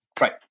Right